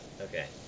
Okay